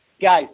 guys